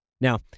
Now